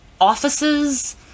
offices